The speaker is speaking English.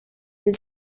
this